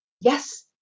yes